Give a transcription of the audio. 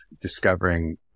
discovering